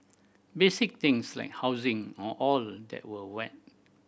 basic things like housing and all that were met